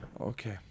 Okay